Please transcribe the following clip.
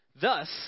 Thus